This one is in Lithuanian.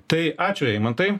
tai ačiū eimantai